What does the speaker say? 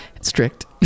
strict